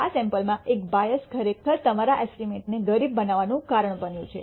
આ સૈમ્પલમાં એક બાયસ ખરેખર તમારા એસ્ટીમેટ ને ગરીબ બનાવવાનું કારણ બન્યું છે